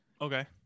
Okay